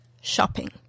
shopping